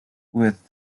with